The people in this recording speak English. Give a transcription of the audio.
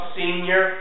senior